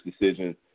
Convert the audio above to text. decision